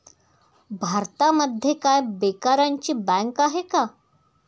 भारतामध्ये काय बेकारांची बँक आहे का?